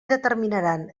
determinaran